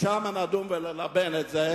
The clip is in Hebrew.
ושם נדון ונלבן את זה.